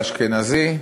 לאשכנזי.